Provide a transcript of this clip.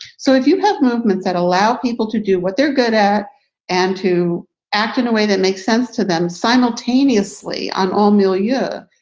so if you have movements that allow people to do what they're good at and to act in a way that makes sense to them simultaneously on all milia,